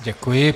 Děkuji.